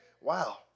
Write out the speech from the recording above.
wow